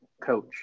coach